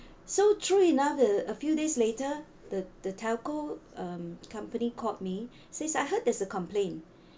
so true enough the a few days later the the telco um company called me says I heard there's a complaint